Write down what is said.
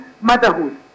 motherhood